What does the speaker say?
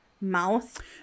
mouth